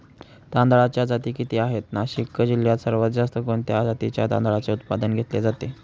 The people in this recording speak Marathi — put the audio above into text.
तांदळाच्या जाती किती आहेत, नाशिक जिल्ह्यात सर्वात जास्त कोणत्या जातीच्या तांदळाचे उत्पादन घेतले जाते?